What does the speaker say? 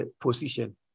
position